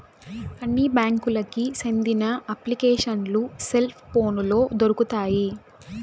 అన్ని బ్యాంకులకి సెందిన అప్లికేషన్లు సెల్ పోనులో దొరుకుతాయి